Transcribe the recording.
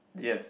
yes